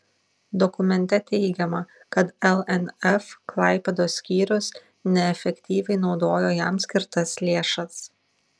dokumente teigiama kad lnf klaipėdos skyrius neefektyviai naudojo jam skirtas lėšas